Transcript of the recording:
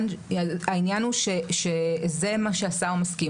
העניין הוא שזה מה שהשר מסכים.